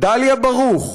דליה ברוך,